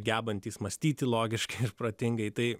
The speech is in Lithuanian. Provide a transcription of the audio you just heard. gebantys mąstyti logiškai ir protingai tai